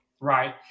right